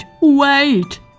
wait